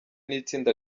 n’itsinda